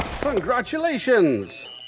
Congratulations